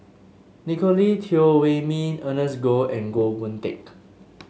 Nicolette Teo Wei Min Ernest Goh and Goh Boon Teck